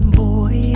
boy